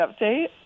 update